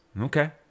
Okay